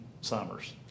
summers